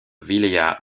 wilaya